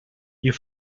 you